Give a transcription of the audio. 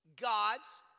God's